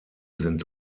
sind